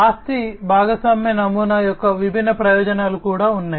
ఆస్తి భాగస్వామ్య నమూనా యొక్క విభిన్న ప్రయోజనాలు కూడా ఉన్నాయి